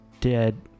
dead